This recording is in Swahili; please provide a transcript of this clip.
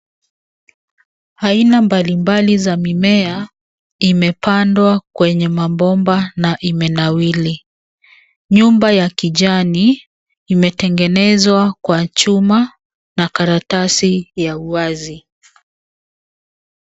Aina mbalimbali za mimea imepandwa kwenye mabomba na imenawiri. Nyumba ya kijani imetegenezwa kwa chuma na karatasi ya uwazi.